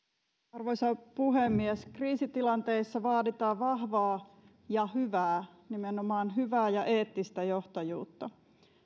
arvoisa puhemies kriisitilanteissa vaaditaan vahvaa ja hyvää nimenomaan hyvää ja eettistä johtajuutta